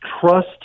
trust